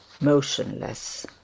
motionless